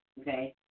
okay